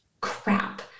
crap